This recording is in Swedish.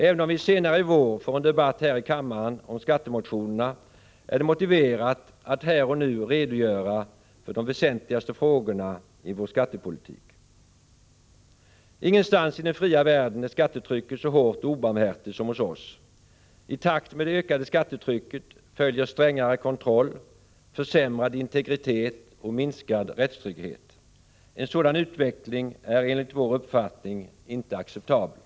Även om vi senare i vår får en debatt här i kammaren om skattemotionerna är det motiverat att här och nu redogöra för de väsentligaste frågorna i vår skattepolitik. Ingenstans i den fria världen är skattetrycket så hårt och obarmhärtigt som hos oss. I takt med det ökade skattetrycket följer strängare kontroll, försämrad integritet och minskad rättstrygghet. En sådan utveckling är enligt vår uppfattning inte acceptabel.